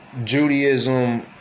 Judaism